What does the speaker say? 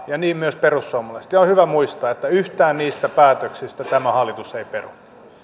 ja niin myös perussuomalaiset ja nyt on hyvä muistaa että yhtään niistä päätöksistä tämä hallitus ei peru